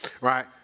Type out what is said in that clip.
right